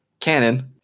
canon